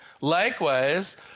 Likewise